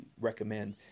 recommend